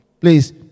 please